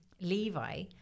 Levi